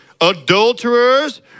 adulterers